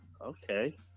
okay